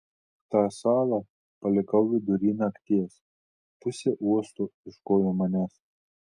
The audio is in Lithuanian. tą salą palikau vidury nakties pusė uosto ieškojo manęs